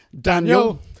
Daniel